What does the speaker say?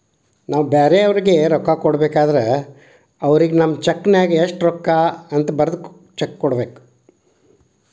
ನಾವು ಬ್ಯಾರೆಯವರಿಗೆ ರೊಕ್ಕ ಕೊಡಬೇಕಾದ್ರ ಅವರಿಗೆ ನಮ್ಮ ಚೆಕ್ ನ್ಯಾಗ ಎಷ್ಟು ರೂಕ್ಕ ಅಂತ ಬರದ್ ಚೆಕ ಕೊಡಬೇಕ